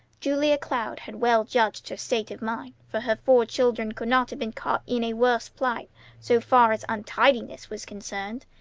julia cloud had well judged her state of mind, for her four children could not have been caught in a worse plight so far as untidiness was concerned,